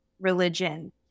religion